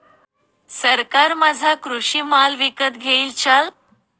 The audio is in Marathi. सरकार माझा कृषी माल विकत घेईल का?